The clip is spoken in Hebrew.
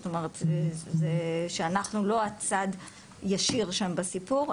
כלומר זה שאנחנו לא הצד ישיר שם בסיפור,